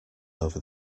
over